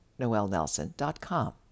noelnelson.com